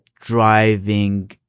driving